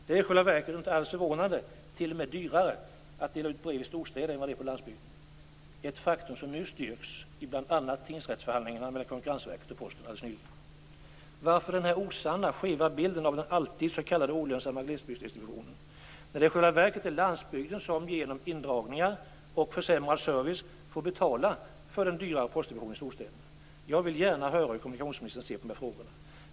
Det är i själva verket, vilket inte alls är förvånande, t.o.m. dyrare att dela ut brev i storstäder än vad det är på landsbygden. Detta är ett faktum som styrks bl.a. i tingsrättsförhandlingarna mellan Konkurrensverket och Posten alldeles nyligen. Varför ges denna osanna, skeva bild av den s.k. alltid olönsamma glesbygdsdistributionen, när det i själva verket är landsbygden som genom indragningar och försämrad service får betala för den dyrare postdistributionen i storstäderna? Jag vill gärna höra hur kommunikationsministern ser på de här frågorna.